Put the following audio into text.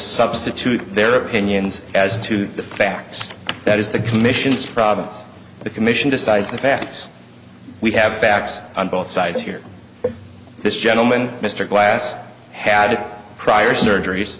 substitute their opinions as to the facts that is the commission's province the commission decides the facts we have facts on both sides here this gentleman mr glass had prior surgeries